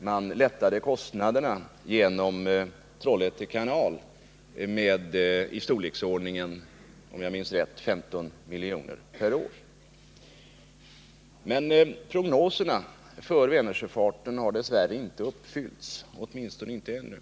Man lättade kostnaderna för passage genom Trollhätte kanal med belopp i storleksordningen, om jag minns rätt, 15 milj.kr. per år. Men prognoserna för Vänersjöfarten har dess värre inte uppfyllts, åtminstone inte ännu.